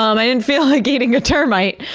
um i didn't feel like eating a termite.